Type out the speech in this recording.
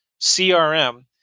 CRM